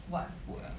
what food ah